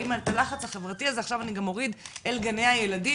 האם את הלחץ החברתי הזה אני אוריד עכשיו גם אל גני הילדים?